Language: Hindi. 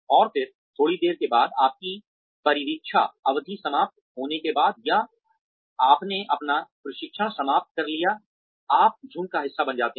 और फिर थोड़ी देर के बाद आपकी परिवीक्षा अवधि समाप्त होने के बाद या आपने अपना प्रशिक्षण समाप्त कर लिया आप झुंड का हिस्सा बन जाते हैं